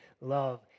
love